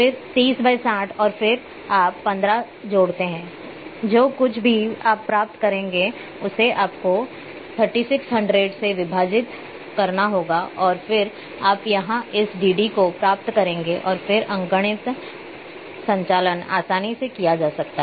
फिर 30 × 60 और फिर आप 15 जोड़ते हैं जो कुछ भी आप प्राप्त करेंगे उसे आपको 3600 से विभाजित करना होगा और फिर आप यहाँ इस dd को प्राप्त करेंगे और फिर अंकगणितीय संचालन आसानी से किया जा सकता है